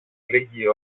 λίγη